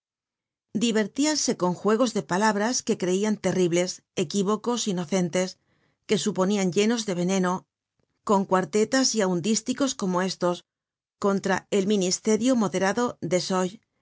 divertíanse con juegos de palabras que creian terribles equívocos inocentes que suponian llenos de veneno con cuartetas y aun dísticos como estos contra el ministerio moderado desolles de que